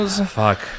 Fuck